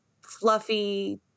fluffy